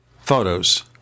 photos